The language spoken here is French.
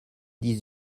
dix